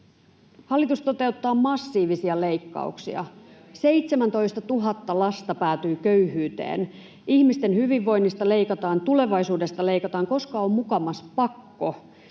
Hallitus toteuttaa massiivisia leikkauksia. 17 000 lasta päätyy köyhyyteen, ihmisten hyvinvoinnista leikataan, tulevaisuudesta leikataan, koska on mukamas pakko.